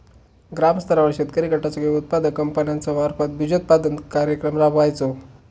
ग्रामस्तरावर शेतकरी गटाचो किंवा उत्पादक कंपन्याचो मार्फत बिजोत्पादन कार्यक्रम राबायचो?